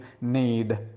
need